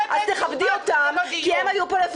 --- את מנהלת פה --- זה בית משפט, לא דיון.